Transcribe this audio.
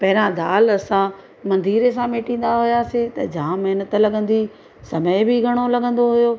पहिरां दालि असां मंधीरअड़े सां मेटींदा हुयासीं त जाम महिनत लॻंदी हुई समय बि घणो लॻंदो हुओ